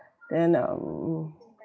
then uh